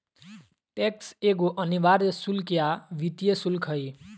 tax एगो अनिवार्य शुल्क या वित्तीय शुल्क हइ